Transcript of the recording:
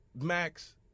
Max